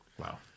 Wow